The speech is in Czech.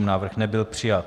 Návrh nebyl přijat.